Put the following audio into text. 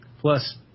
Plus